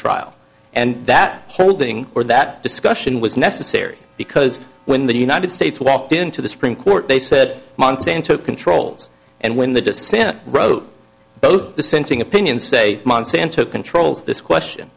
trial and that holding or that discussion was necessary because when the united states walked into the supreme court they said monsanto controls and when the dissent wrote both dissenting opinions say monsanto controls this question